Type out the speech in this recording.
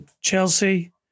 Chelsea